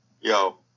Yo